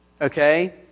okay